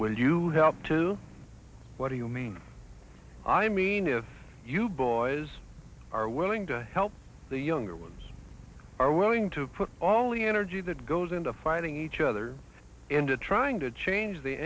will you help to what do you mean i mean if you boys are willing to help the younger ones are willing to put all the energy that goes into fighting each other into trying to change the